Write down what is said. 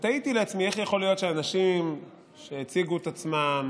ותהיתי לעצמי איך יכול להיות שאנשים שהציגו את עצמם